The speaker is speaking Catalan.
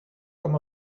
com